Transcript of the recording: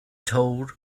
told